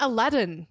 Aladdin